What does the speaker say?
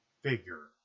figure